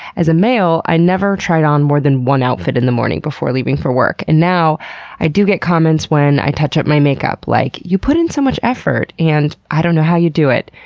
as a male, i never tried on more than one outfit in the morning before leaving for work, and now i do get comments when i touch up my makeup like, you put in so much effort, and, i don't know how you do it.